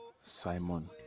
simon